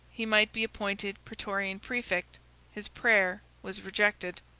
he might be appointed praetorian praefect his prayer was rejected.